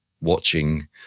watching